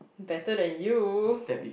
better than you